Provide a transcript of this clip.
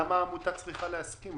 למה העמותה צריכה להסכים?